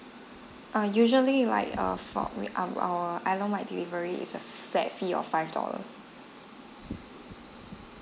err usually like err for we are our delivery is a flat fee of five dollars